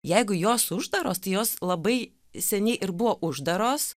jeigu jos uždaros tai jos labai seniai ir buvo uždaros